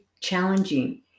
challenging